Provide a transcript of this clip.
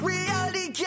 Reality